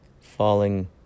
falling